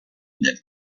nel